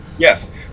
Yes